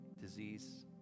disease